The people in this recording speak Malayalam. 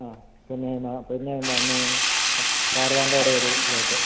ആ പിന്നേ എന്നാണ് ഭാരതാംബയുടെ ഒരു പ്ലോട്ട്